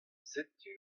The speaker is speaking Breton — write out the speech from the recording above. setu